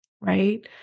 right